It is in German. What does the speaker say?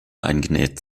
eingenäht